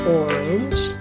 orange